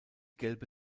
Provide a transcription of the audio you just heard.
gelbe